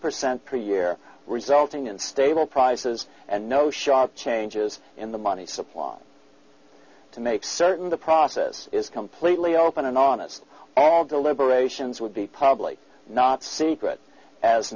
percent per year resulting in stable prices and no sharp changes in the money supply to make certain the process is completely open and honest all deliberations would be probably not secret as